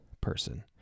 person